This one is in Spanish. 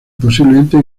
posiblemente